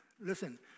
Listen